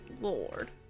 Lord